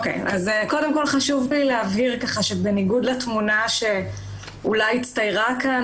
חשוב לי להבהיר שבניגוד לתמונה שאולי הצטיירה כאן,